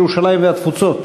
ירושלים והתפוצות,